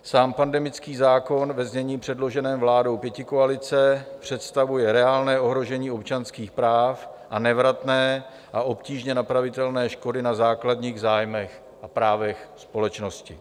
Sám pandemický zákon ve znění předloženém vládou pětikoalice představuje reálné ohrožení občanských práv a nevratné a obtížně napravitelné škody na základních zájmech a právech společnosti.